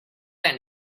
that